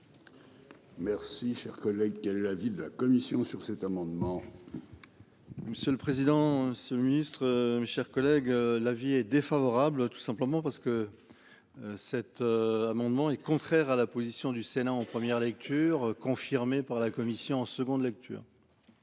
Merci, chers collègues. Quelle est la ville de la commission sur cet amendement. Monsieur le président. Ce ministre, mes chers collègues, l'avis est défavorable, tout simplement parce que. Cet amendement est contraire à la position du Sénat en première lecture, confirmé par la Commission en seconde lecture.